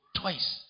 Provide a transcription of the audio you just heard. twice